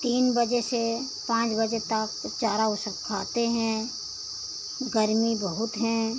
तीन बजे से पाँच बजे तक चारा ऊ सब खाते हैं गर्मी बहुत हैं